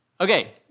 Okay